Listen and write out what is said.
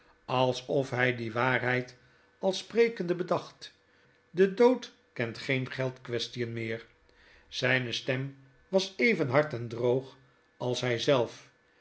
alsof hy die waarheid al sprekende bedacht de dood kent geen geldquaestien meer zyne stem was even hard en droog als hy zelf